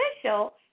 official